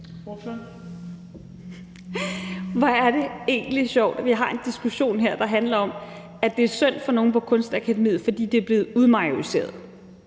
Hvor er det egentlig sjovt, at vi her har en diskussion, der handler om, at det er synd for nogle på Kunstakademiet, fordi de er blevet majoriseret